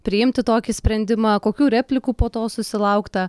priimti tokį sprendimą kokių replikų po to susilaukta